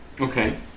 Okay